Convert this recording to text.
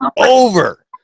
over